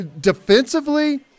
defensively